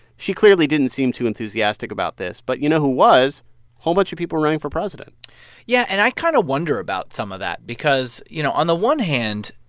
she clearly didn't seem too enthusiastic about this. but you know who was? a whole bunch of people running for president yeah. and i kind of wonder about some of that because, you know, on the one hand,